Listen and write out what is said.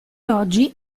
oggi